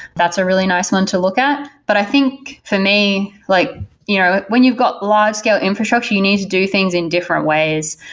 that's a really nice one to look at. but i think, for me, like you know when you've got live scale infrastructure, you need to do things in different ways.